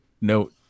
note